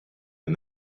and